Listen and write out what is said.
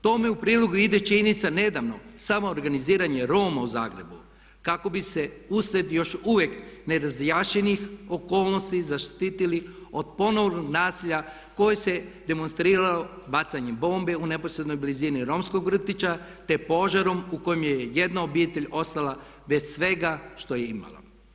Tome u prilog ide činjenica nedavno samoorganiziranje Roma u Zagrebu kako bi se uslijed još uvijek nerazjašnjenih okolnosti zaštitili od ponovnog nasilja koje se demonstriralo bacanjem bombi u neposrednoj blizini romskog vrtića te požarom u kojoj je jedna obitelj ostala bez svega što je imala.